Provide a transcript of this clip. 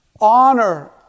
honor